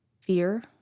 Fear